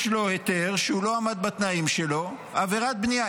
יש לו היתר, והוא לא עמד בתנאים שלו, עבירת בנייה.